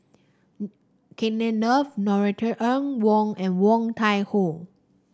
Kenneth Kee Norothy Ng Woon and Woon Tai Ho